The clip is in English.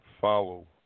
follow